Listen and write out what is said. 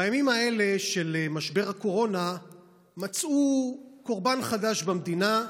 בימים האלה של משבר הקורונה מצאו קורבן חדש במדינה,